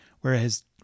Whereas